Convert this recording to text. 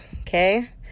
okay